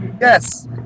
Yes